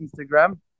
instagram